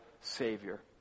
savior